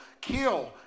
kill